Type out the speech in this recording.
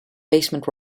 basement